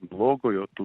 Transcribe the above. blogojo tų